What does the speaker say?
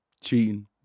cheating